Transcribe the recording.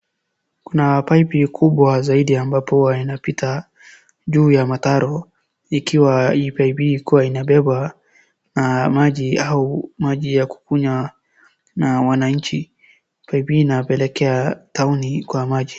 Kuna pipe kubwa zaidi ambapo huwa inapita juu ya mataro ikiwa hii pipe hii ikiwa inabebwa na maji au maji ya kukunywa na wananchi . Pipe hii inapelekea tauni kwa maji.